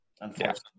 unfortunately